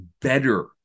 better